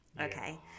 okay